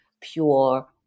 pure